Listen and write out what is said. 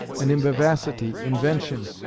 and in vivacity, invention,